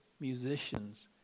musicians